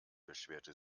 beschwerte